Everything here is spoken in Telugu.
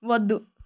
వద్దు